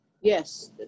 Yes